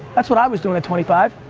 that's what i was doing at twenty five.